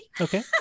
okay